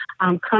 Come